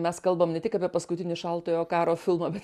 mes kalbam ne tik apie paskutinį šaltojo karo filmą bet